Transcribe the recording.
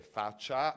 faccia